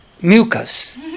mucus